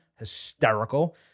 hysterical